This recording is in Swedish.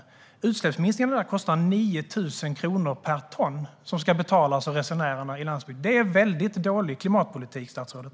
Dessa utsläppsminskningar kostar 9 000 kronor per ton som ska betalas av resenärerna på landsbygden. Det är en väldigt dålig klimatpolitik, statsrådet.